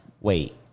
wait